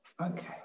Okay